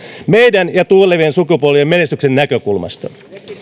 meidän ja tulevien sukupolvien menestyksen näkökulmasta